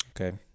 Okay